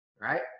right